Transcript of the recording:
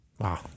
Wow